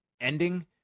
ending